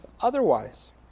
otherwise